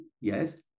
yes